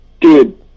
dude